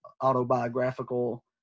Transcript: autobiographical